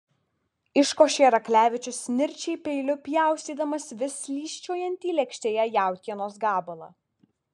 iškošė raklevičius nirčiai peiliu pjaustydamas vis slysčiojantį lėkštėje jautienos gabalą